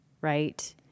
right